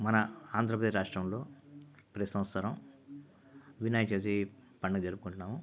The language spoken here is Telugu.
మన ఆంధ్రప్రదేశ్ రాష్ట్రంలో ప్రతీ సంవత్సరం వినాయక చవితి పండగ జరుపుకుంటున్నాము